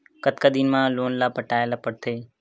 कतका दिन मा लोन ला पटाय ला पढ़ते?